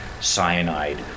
cyanide